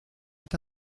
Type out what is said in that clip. est